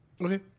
Okay